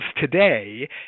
today